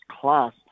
class